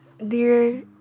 Dear